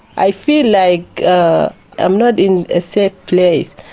i feel like ah i'm not in a safe place.